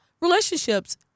relationships